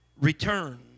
return